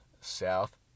south